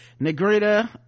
negrita